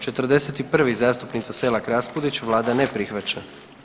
41. zastupnica Selak Raspudić, vlada ne prihvaća.